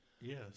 Yes